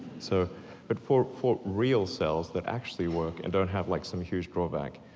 so but for for real cells that actually work and don't have like some huge drawback,